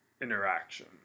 interaction